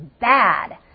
bad